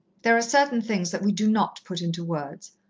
there are certain things that we do not put into words.